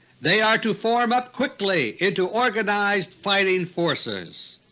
they are to form up quickly into organized fighting forces.